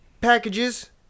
packages